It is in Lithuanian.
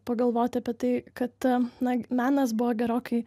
pagalvoti apie tai kad na menas buvo gerokai